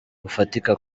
rufatika